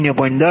2 0